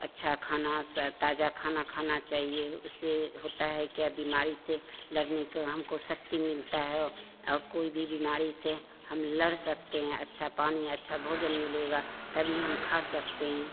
अच्छा खाना ताजा खाना खाना चाहिए उससे होता है क्या बीमारी से लड़ने की हमको शक्ति मिलती है और कोई भी बीमारी से हम लड़ सकते हैं अच्छा पानी अच्छा भोजन मिलेगा तभी हम खा सकते हैं